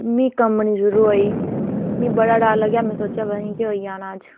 में कंबनी शुरु होई गेई मी बड़ा डर लग्गेआ में सोचेआ पता नेईं केह् होई जाना अज्ज